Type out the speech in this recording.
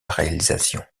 réalisation